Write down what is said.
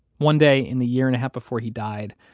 one day in the year and a half before he died,